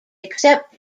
except